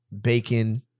bacon